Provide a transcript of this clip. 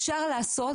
אפשר לעשות,